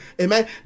amen